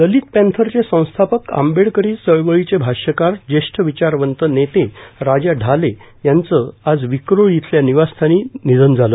दलित पँथरचे संस्थापक आंबेडकरी चळवळीचे भाष्यकार ज्येष्ठ विचारवंत नेते राजा ढाले यांचे आज विक्रोळी येथील निवासस्थानी द्ःखद निधन झाले